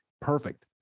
Perfect